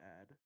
add